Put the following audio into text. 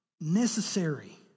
necessary